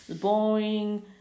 boring